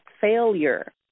failure